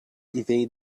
evade